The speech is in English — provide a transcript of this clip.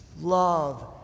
love